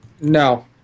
No